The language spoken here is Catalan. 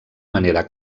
manera